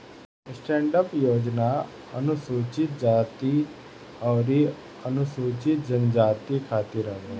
stand up योजना अनुसूचित जाती अउरी अनुसूचित जनजाति खातिर हवे